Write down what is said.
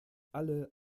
alle